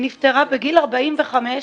היא נפטרה בגיל 45,